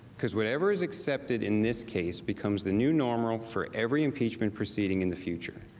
because whatever is accepted in this case becomes the new normal for every impeachment proceeding in the future.